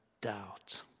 doubt